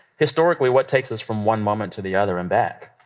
historically, what takes us from one moment to the other and back?